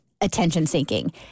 attention-seeking